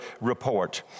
report